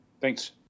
Thanks